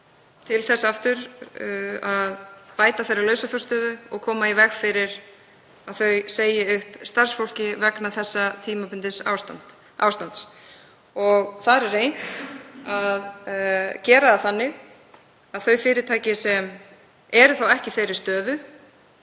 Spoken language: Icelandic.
til þess aftur að bæta lausafjárstöðu þeirra og koma í veg fyrir að þeir segi upp starfsfólki vegna þessa tímabundna ástands. Þar er reynt að gera það þannig að þau fyrirtæki sem eru þá ekki þeirri stöðu